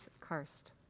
Karst